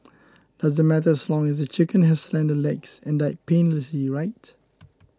doesn't matter as long as the chicken has slender legs and died painlessly right